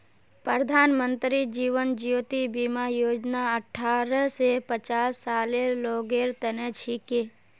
प्रधानमंत्री जीवन ज्योति बीमा योजना अठ्ठारह स पचास सालेर लोगेर तने छिके